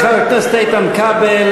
תודה לחבר הכנסת איתן כבל.